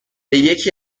یکی